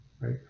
right